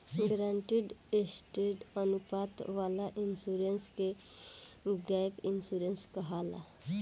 guaranteed asset अनुपात वाला insurance के गैप इंश्योरेंस कहाला